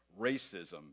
racism